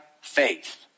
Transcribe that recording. faith